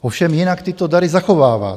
Ovšem jinak tyto dary zachovává.